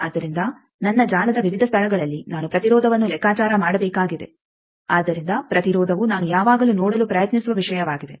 ಆದ್ದರಿಂದ ನನ್ನ ಜಾಲದ ವಿವಿಧ ಸ್ಥಳಗಳಲ್ಲಿ ನಾನು ಪ್ರತಿರೋಧವನ್ನು ಲೆಕ್ಕಾಚಾರ ಮಾಡಬೇಕಾಗಿದೆ ಆದ್ದರಿಂದ ಪ್ರತಿರೋಧವು ನಾನು ಯಾವಾಗಲೂ ನೋಡಲು ಪ್ರಯತ್ನಿಸುವ ವಿಷಯವಾಗಿದೆ